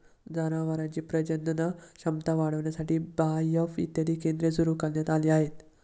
जनावरांची प्रजनन क्षमता वाढविण्यासाठी बाएफ इत्यादी केंद्रे सुरू करण्यात आली आहेत